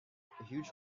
huge